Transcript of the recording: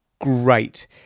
great